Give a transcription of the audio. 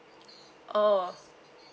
oh